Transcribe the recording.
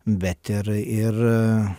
bet ir ir